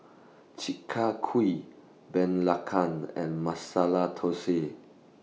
Chi Kak Kuih Belacan and Masala Thosai